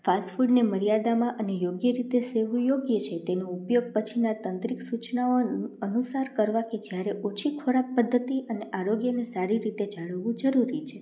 ફાસ્ટફૂડને મર્યાદામાં અને યોગ્ય રીતે સેવવું યોગ્ય છે તેનો ઉપયોગ પછીના તંત્રીક સૂચનાઓનું અનુસાર કરવા કે જ્યારે ઊંચી ખોરાક પદ્ધતિ અને આરોગ્યને સારી રીતે જાણવું જરૂરી છે